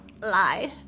lie